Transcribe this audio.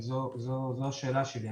זו השאלה שלי.